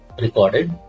recorded